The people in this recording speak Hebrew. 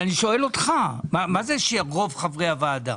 אני שואל אותך מה זה שרוב חברי הוועדה?